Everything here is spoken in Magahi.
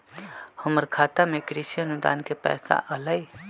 हमर खाता में कृषि अनुदान के पैसा अलई?